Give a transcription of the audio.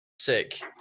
sick